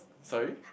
sorry